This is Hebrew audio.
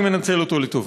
אני מנצל אותו לטובה.